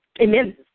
Amen